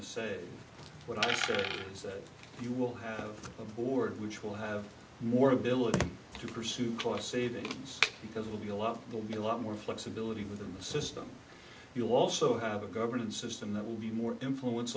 to say what i should say you will have a board which will have more ability to pursue cost savings because it'll be a lot will be a lot more flexibility within the system you also have a governance system that will be more influence